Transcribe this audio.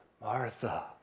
Martha